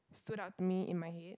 stood out to me in my head